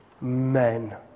men